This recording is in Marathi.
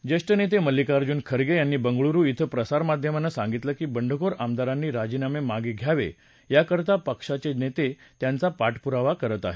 ज्येष्ठ नेते मल्लिकार्जून खर्गे यांनी बंगळुरु ब्रें प्रसारमाध्यमांना सांगितलं की बंडखोर आमदांरांनी राजीनामे मागे घ्यावे याकरता पक्षाचे नेते त्यांचा पाठपुरावा करत आहेत